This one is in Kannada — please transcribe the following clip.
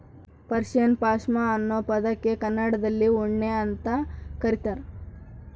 ಪರ್ಷಿಯನ್ ಪಾಷ್ಮಾ ಅನ್ನೋ ಪದಕ್ಕೆ ಕನ್ನಡದಲ್ಲಿ ಉಣ್ಣೆ ಅಂತ ಕರೀತಾರ